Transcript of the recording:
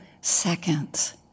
seconds